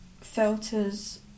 filters